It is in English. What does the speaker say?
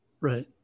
Right